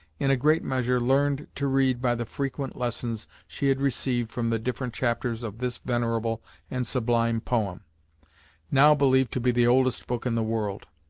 in a great measure, learned to read by the frequent lessons she had received from the different chapters of this venerable and sublime poem now believed to be the oldest book in the world.